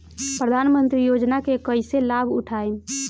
प्रधानमंत्री योजना के कईसे लाभ उठाईम?